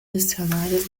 dicionários